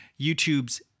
YouTube's